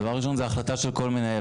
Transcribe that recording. דבר ראשון זו החלטה של כל מנהל,